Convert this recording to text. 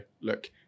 look